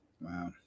Wow